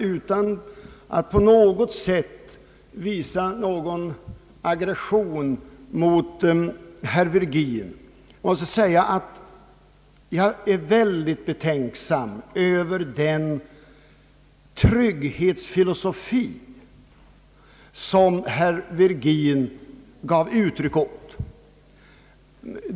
Utan att på något sätt visa någon aggression mot herr Virgin måste jag säga, att jag är väldigt betänksam mot den trygghetsfilosofi som herr Virgin gav uttryck åt.